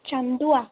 ଚାନ୍ଦୁଆ